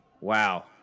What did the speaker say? wow